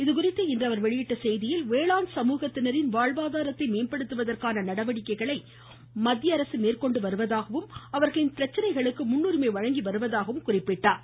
இதுகுறித்து இன்று அவர் வெளியிட்ட செய்தியில் வேளாண் சமூகத்தினரின் வாழ்வாதாரத்தை மேம்படுத்துவதற்கான நடவடிக்கைகளை மேற்கொண்டு அவர்களின் பிரச்சினைகளுக்கு முன்னுரிமை வழங்கி வருவதாக குறிப்பிட்டார்